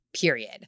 period